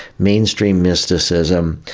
mainstream mysticism,